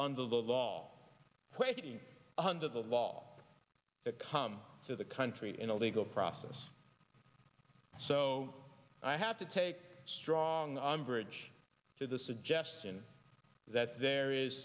under the law waiting under the law to come to the country in a legal process so i have to take strong on bridge to the suggestion that there is